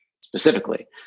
specifically